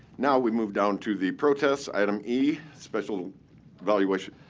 now we move down to the protest, item e, special valuation